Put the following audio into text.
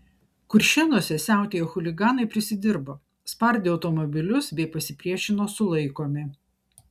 kuršėnuose siautėję chuliganai prisidirbo spardė automobilius bei pasipriešino sulaikomi